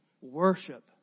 worship